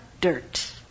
Dirt